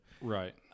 Right